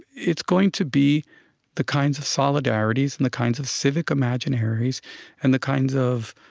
it's going to be the kinds of solidarities and the kinds of civic imaginaries and the kinds of